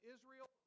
Israel